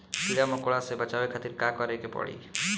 कीड़ा मकोड़ा से बचावे खातिर का करे के पड़ी?